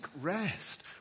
rest